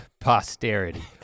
Posterity